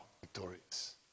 victorious